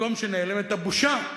במקום שנעלמת הבושה,